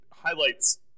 highlights